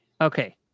okay